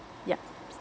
yeah